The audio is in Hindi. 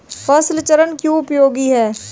फसल चरण क्यों उपयोगी है?